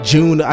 June